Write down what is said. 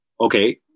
okay